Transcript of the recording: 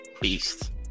beast